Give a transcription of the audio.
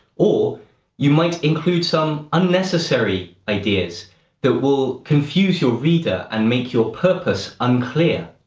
or you might include some unnecessary ideas that will confuse your reader and make your purpose unclear.